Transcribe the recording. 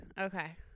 Okay